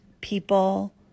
people